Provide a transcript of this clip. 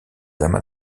amas